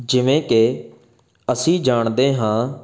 ਜਿਵੇਂ ਕਿ ਅਸੀਂ ਜਾਣਦੇ ਹਾਂ